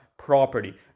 Property